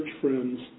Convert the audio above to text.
friends